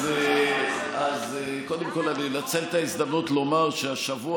אז קודם כול אני אנצל את ההזדמנות לומר שהשבוע,